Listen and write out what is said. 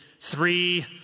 three